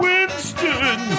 Winston